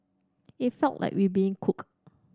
it felt like we being cooked